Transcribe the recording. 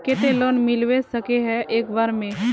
केते लोन मिलबे सके है एक बार में?